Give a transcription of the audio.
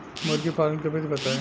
मुर्गीपालन के विधी बताई?